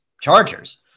Chargers